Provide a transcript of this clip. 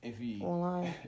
online